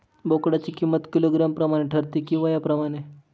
बोकडाची किंमत किलोग्रॅम प्रमाणे ठरते कि वयाप्रमाणे?